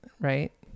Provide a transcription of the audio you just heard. right